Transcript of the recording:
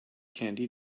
candy